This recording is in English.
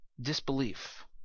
Disbelief